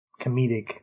comedic